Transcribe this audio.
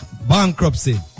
Bankruptcy